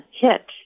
hit